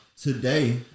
Today